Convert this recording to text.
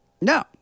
No